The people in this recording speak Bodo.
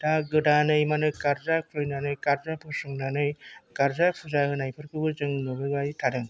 दा गोदानै माने गारजा खुलिनानै गारजा फसंनानै गारजा फुजा होनायफोरखौबो जों नुबोबाय थादों